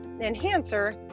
enhancer